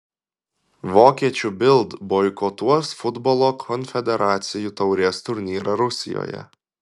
vokiečių bild boikotuos futbolo konfederacijų taurės turnyrą rusijoje